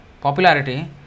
popularity